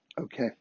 Okay